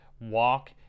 walk